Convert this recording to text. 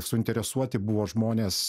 suinteresuoti buvo žmonės